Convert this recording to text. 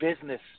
business